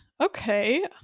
okay